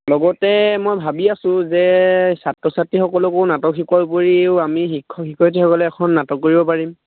লগতে মই ভাবি আছোঁ যে ছাত্ৰ ছাত্ৰীসকলকো নাটক শিকোৱাৰ উপৰিও আমি শিক্ষক শিক্ষয়িত্ৰীসকলে এখন নাটক কৰিব পাৰিম